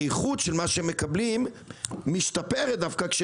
האיכות של מה שהם מקבלים משתפרת כאשר